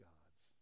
God's